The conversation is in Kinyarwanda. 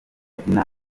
abyina